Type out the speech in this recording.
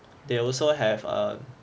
they also have a